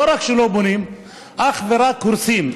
לא רק שלא בונים, אך ורק הורסים.